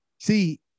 see